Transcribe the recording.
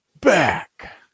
back